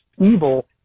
evil